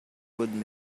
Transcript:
would